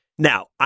Now